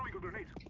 yeah alternate